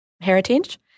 heritage